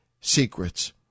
secrets